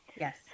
Yes